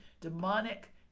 demonic